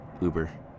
Uber